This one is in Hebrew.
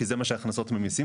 כי את זה עושות ההכנסות מהמיסים,